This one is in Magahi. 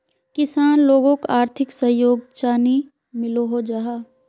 किसान लोगोक आर्थिक सहयोग चाँ नी मिलोहो जाहा?